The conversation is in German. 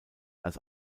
als